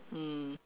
mm